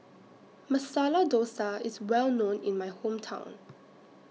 Masala Dosa IS Well known in My Hometown